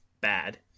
bad